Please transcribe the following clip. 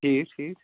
ٹھیٖک ٹھیٖک